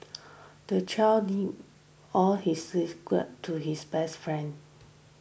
the child all his secrets to his best friend